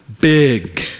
big